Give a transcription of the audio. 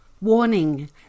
Warning